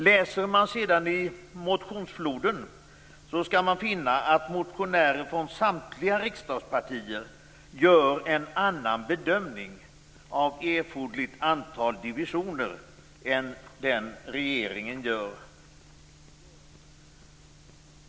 Går man sedan till motionsfloden skall man finna att motionärer från samtliga riksdagspartier gör en annan bedömning av det erforderliga antalet divisioner än regeringen.